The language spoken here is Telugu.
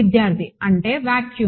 విద్యార్థి అంటే వాక్యూమ్